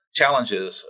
challenges